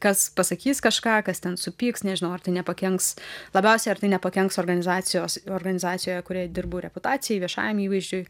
kas pasakys kažką kas ten supyks nežinau ar tai nepakenks labiausiai ar tai nepakenks organizacijos organizacijoje kurioje dirbu reputacijai viešajam įvaizdžiui